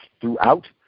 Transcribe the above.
throughout